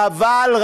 חבל,